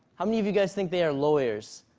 how many of you guys think they are lawyers?